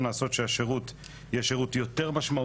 לעשות שהשירות יהיה שירו יותר משמעותי,